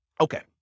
okay